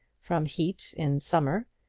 from heat in summer,